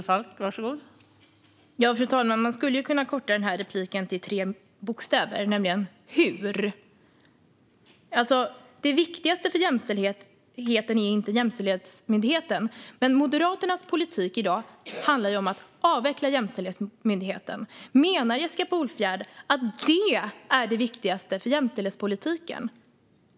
Fru talman! Man skulle kunna korta denna replik till tre bokstäver, nämligen "hur". Det viktigaste för jämställdheten är inte Jämställdhetsmyndigheten, men Moderaternas politik i dag handlar ju om att avveckla Jämställdhetsmyndigheten. Menar Jessica Polfjärd att detta är det viktigaste för jämställdhetspolitiken?